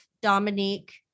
Dominique